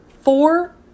four